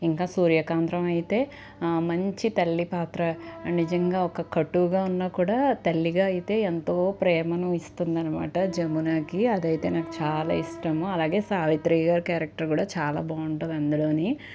ఇంకా సూర్యకాంతం అయితే మంచి తల్లి పాత్ర నిజంగా ఒక కటువుగా ఉన్నా కూడా తల్లిగా అయితే ఎంతో ప్రేమను ఇస్తుందన్నమాట జమునకి అది అయితే నాకు చాలా ఇష్టం అలాగే సావిత్రి గారు క్యారెక్టర్ కూడా చాలా బాగుంటుంది అందులో